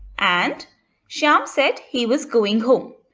and shyam said he was going home,